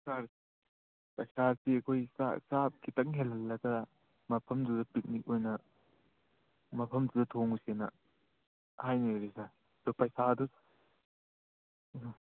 ꯁꯥꯔ ꯄꯩꯁꯥꯁꯤ ꯑꯩꯈꯣꯏ ꯆꯥꯡ ꯈꯤꯇꯪ ꯍꯦꯜꯍꯜꯂꯒ ꯃꯐꯝꯗꯨꯗ ꯄꯤꯛꯅꯤꯛ ꯑꯣꯏꯅ ꯃꯐꯝꯗꯨꯗ ꯊꯣꯡꯉꯨꯁꯦꯅ ꯍꯥꯏꯅꯔꯤ ꯁꯥꯔ ꯑꯗꯨ ꯄꯩꯁꯥꯗꯨ ꯎꯝ